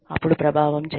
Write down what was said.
అప్పుడు ప్రభావం చర్యలు